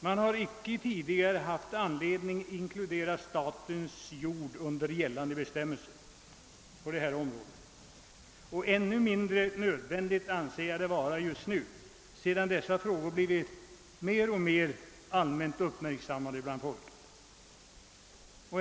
Man har icke tidigare haft anledning att inkludera statens jord under gällande bestämmelser på detta område, och ännu mindre nödvändigt anser jag det vara just nu sedan dessa frågor blivit mer och mer allmänt uppmärksammade bland folk.